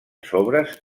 sobres